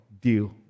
deal